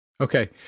Okay